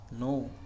No